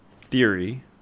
theory